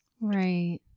Right